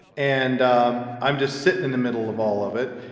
and um i'm just sitting in the middle of all of it.